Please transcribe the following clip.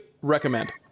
recommend